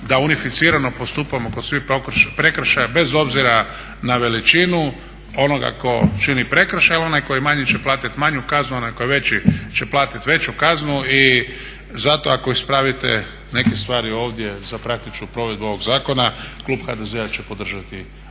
da unificirano postupamo po svim prekršajima bez obzira na veličinu onoga tko čini prekršaj ili onaj koji je manji će platiti manju kaznu, onaj koji je veći će platiti veću kaznu i zato ako ispravite neke stvari ovdje za praktičnu provedbu ovog zakona klub HDZ-a će podržati